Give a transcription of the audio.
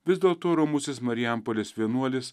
vis dėl to romusis marijampolės vienuolis